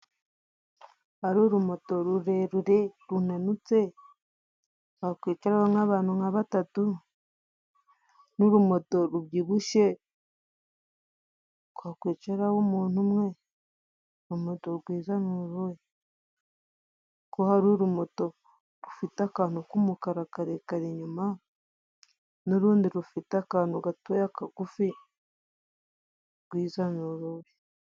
Ari urumoto rurerure runanutse rwakwicaraho nk'abantu nka batatu, n'urumoto rubyibushe rwakwicaraho umuntu umwe, urumoto rwiza ni uruhe? Ko hari urumoto rufite akantu k'umukara karekare inyuma, n'urundi rufite akantu gatoya kagufi, urwiza ni uruhe?